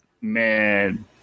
Man